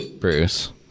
Bruce